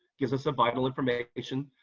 gives so vital information,